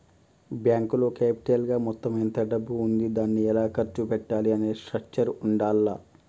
బ్యేంకులో క్యాపిటల్ గా మొత్తం ఎంత డబ్బు ఉంది దాన్ని ఎలా ఖర్చు పెట్టాలి అనే స్ట్రక్చర్ ఉండాల్ల